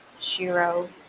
Shiro